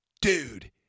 Dude